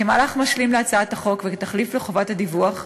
כמהלך משלים להצעת החוק וכתחליף לחובת הדיווח,